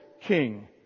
King